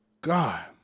God